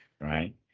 right